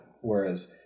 Whereas